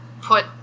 put